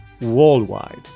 worldwide